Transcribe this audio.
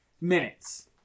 minutes